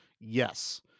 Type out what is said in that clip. Yes